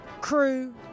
crew